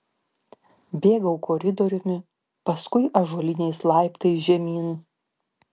bėgau koridoriumi paskui ąžuoliniais laiptais žemyn